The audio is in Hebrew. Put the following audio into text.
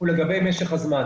לגבי משך הזמן